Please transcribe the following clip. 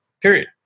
period